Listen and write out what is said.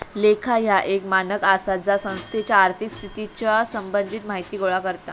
लेखा ह्या एक मानक आसा जा संस्थेच्या आर्थिक स्थितीच्या संबंधित माहिती गोळा करता